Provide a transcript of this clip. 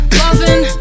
loving